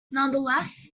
nonetheless